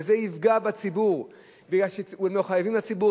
וזה יפגע בציבור מפני שהם לא חייבים לציבור,